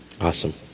Awesome